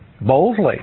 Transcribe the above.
Boldly